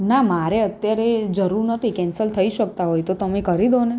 ના મારે અત્યારે જરૂર નથી કેન્સલ થઈ શકતા હોય તો તમે કરી દો ને